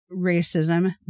racism